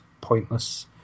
pointless